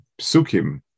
psukim